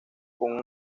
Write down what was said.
con